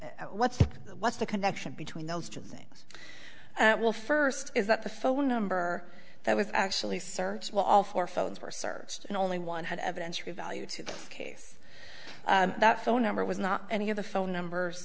it's what's the what's the connection between those two things will first is that the phone number that was actually searched while all four phones were searched and only one had evidence revalue to the case that phone number was not any of the phone numbers